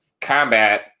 combat